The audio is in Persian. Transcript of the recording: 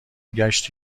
ﮔﺸﺘﯿﻢ